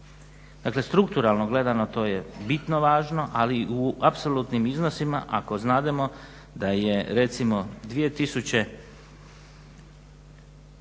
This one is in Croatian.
Dakle, strukturalno gledano to je bitno važno ali u apsolutnim iznosima ako znademo da je recimo